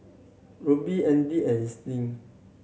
Rubie Audy and Ernst